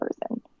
person